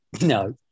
no